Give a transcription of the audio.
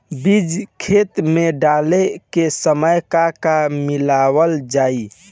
बीज खेत मे डाले के सामय का का मिलावल जाई?